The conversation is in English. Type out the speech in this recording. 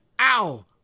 Ow